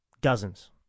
dozens